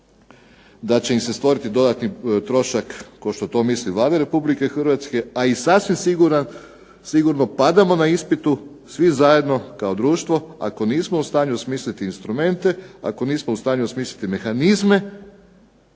da će im se stvoriti dodatni trošak kao što to misli Vlada Republike Hrvatske, a i sasvim sigurno padamo na ispitu svi zajedno kao društvo ako nismo u stanju smisliti instrumente, ako nismo u stanju smisliti mehanizme